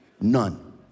None